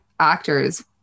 actors